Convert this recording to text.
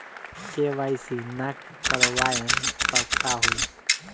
KYC ना करवाएम तब का होई?